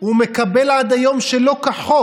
הוא מקבל עד היום שלא כחוק.